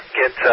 get